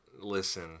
listen